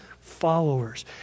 followers